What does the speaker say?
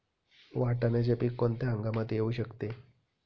वाटाण्याचे पीक कोणत्या हंगामात येऊ शकते?